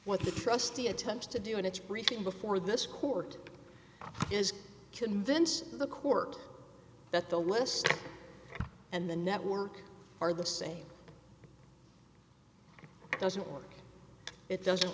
what the trustee attempts to do and it's breaking before this court is convince the court that the listing and the network are the same it doesn't work it doesn't